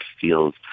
feels